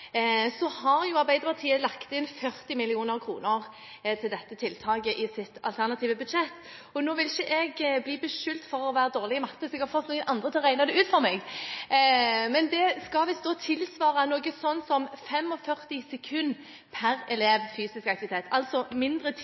Så har Arbeiderpartiet lagt inn 40 mill. kr til dette tiltaket i sitt alternative budsjett. Nå vil ikke jeg bli beskyldt for å være dårlig i matte, så jeg har fått noen andre til å regne det ut for meg, men det skal visst tilsvare noe sånt som 45 sekunder fysisk aktivitet per elev, altså mindre tid til fysisk aktivitet